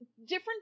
different